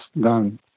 done